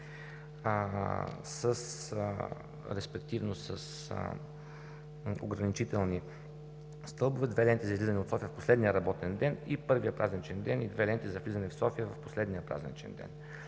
респективно с ограничителни стълбове, две ленти за излизане от София в последния работен ден и първия празничен ден, и две ленти за влизане в София в последния празничен ден.